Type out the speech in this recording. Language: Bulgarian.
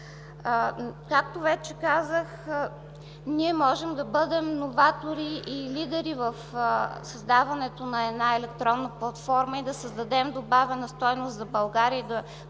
Както вече казах, ние можем да бъдем новатори и лидери в създаването на електронна платформа, да създадем добавена стойност за България,